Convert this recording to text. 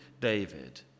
David